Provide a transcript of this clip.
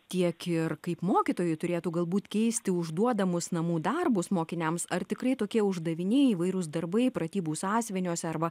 tiek ir kaip mokytojai turėtų galbūt keisti užduodamus namų darbus mokiniams ar tikrai tokie uždaviniai įvairūs darbai pratybų sąsiuviniuose arba